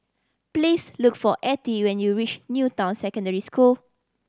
please look for Attie when you reach New Town Secondary School